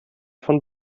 von